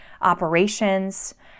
operations